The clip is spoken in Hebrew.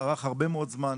הוא ארך הרבה מאוד זמן,